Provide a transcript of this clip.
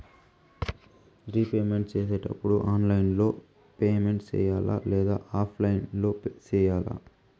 repayment సేసేటప్పుడు online లో payment సేయాలా లేదా ఆఫ్లైన్ లో సేయాలా